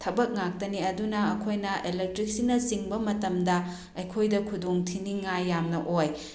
ꯊꯕꯛ ꯉꯥꯛꯇꯅꯤ ꯑꯗꯨꯅ ꯑꯩꯈꯣꯏꯅ ꯏꯂꯦꯛꯇ꯭ꯔꯤꯛꯁꯤꯅ ꯆꯤꯡꯕ ꯃꯇꯝꯗ ꯑꯩꯈꯣꯏꯗ ꯈꯨꯗꯣꯡ ꯊꯤꯅꯤꯡꯉꯥꯏ ꯌꯥꯝꯅ ꯑꯣꯏ